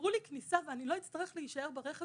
תסדרו לי כניסה ולא אצטרך להישאר ברכב